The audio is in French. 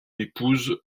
épouse